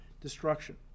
Destruction